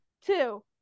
two